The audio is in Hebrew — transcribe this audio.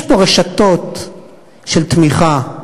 יש פה רשתות של תמיכה,